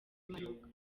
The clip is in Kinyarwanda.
impanuka